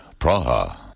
Praha